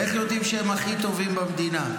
איך יודעים שהם הכי טובים במדינה?